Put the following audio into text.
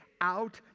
out